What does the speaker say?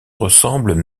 ressemblent